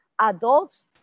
adults